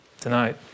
Tonight